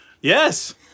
Yes